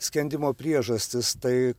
skendimo priežastis tai